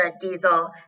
diesel